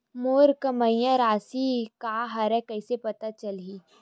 मोर बकाया राशि का हरय कइसे पता चलहि?